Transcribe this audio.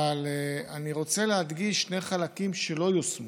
אבל אני רוצה להדגיש שני חלקים שלא יושמו.